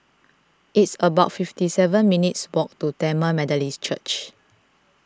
it's about fifty seven minutes' walk to Tamil Methodist Church